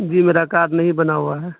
جی میرا کارڈ نہیں بنا ہوا ہے